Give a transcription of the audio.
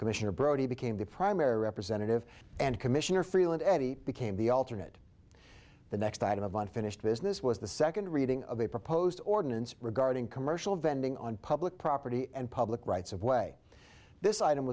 commissioner brodie became the primary representative and commissioner freeland eddie became the alternate the next item of unfinished business was the second reading of a proposed ordinance regarding commercial vending on public property and public rights of way this item